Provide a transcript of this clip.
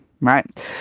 right